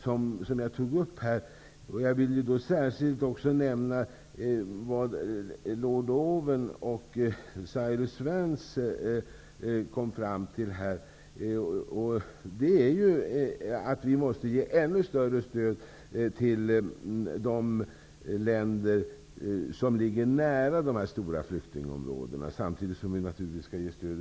Särskilt vill jag nämna det som lord Owen och Cyrus Vance kom fram till, nämligen att ännu större stöd måste ges till de länder som ligger nära de stora flyktingområdena, samtidigt som länderna inom områdena naturligtvis skall ges stöd.